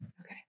Okay